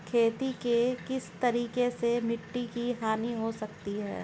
खेती के किस तरीके से मिट्टी की हानि हो सकती है?